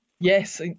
Yes